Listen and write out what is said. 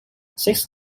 six